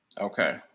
Okay